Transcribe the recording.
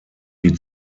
die